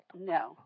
No